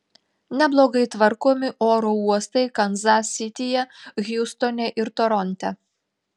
neblogai tvarkomi oro uostai kanzas sityje hjustone ir toronte